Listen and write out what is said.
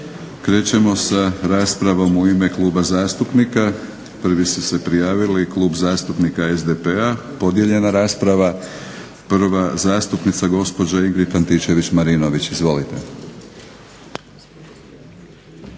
Krećemo sa raspravom u ime Kluba zastupnika. Prvi su se prijavili Klub zastupnika SDP-a, podijeljena rasprava. Prva zastupnica gospođa Ingrid Antičević-Marinović. Izvolite.